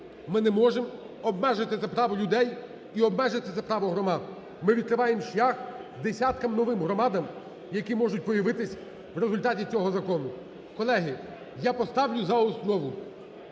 Ми не можемо обмежити це право людей і обмежити це громад. Ми відкриваємо шлях десяткам новим громадам, які можуть появитися в результаті цього закону. Колеги, я поставлю за основу.